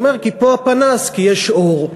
הוא אומר, כי פה הפנס, כי יש אור.